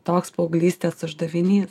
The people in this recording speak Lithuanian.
toks paauglystės uždavinys